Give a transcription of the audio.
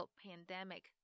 pandemic，